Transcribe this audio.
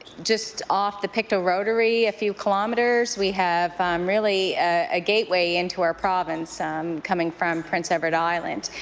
just off the pictou rotary a few kilometers we have um really a gateway into our province um coming from prince edward island.